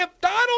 Donald